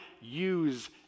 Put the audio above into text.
use